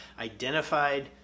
identified